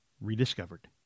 rediscovered